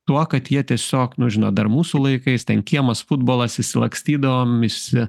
tuo kad jie tiesiog nu žinot dar mūsų laikais ten kiemas futbolas išsilakstydavom visi